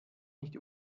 nicht